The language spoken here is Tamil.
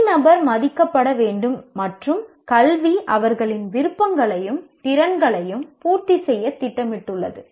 தனிநபர் மதிக்கப்பட வேண்டும் மற்றும் கல்வி அவர்களின் விருப்பங்களையும் திறன்களையும் பூர்த்தி செய்ய திட்டமிட்டுள்ளது